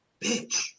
bitch